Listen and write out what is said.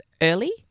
early